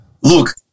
Look